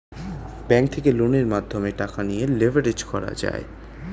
bank থেকে লোনের মাধ্যমে টাকা নিয়ে লেভারেজ করা যায়